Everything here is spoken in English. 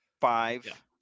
five